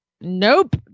Nope